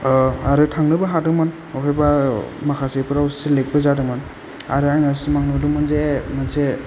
आरो थांनोबो हादोंमोन अबेबा माखासेफोराव सेलेक्ट बो जादोंमोन आरो आङो सिमां नुदोंमोन जे मोनसे